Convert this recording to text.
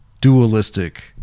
dualistic